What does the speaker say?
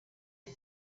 que